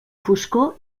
foscor